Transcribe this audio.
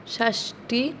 षष्टिः